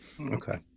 okay